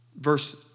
verse